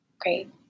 Great